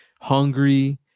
hungry